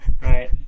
Right